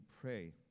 pray